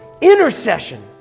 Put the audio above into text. intercession